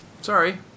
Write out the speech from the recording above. Sorry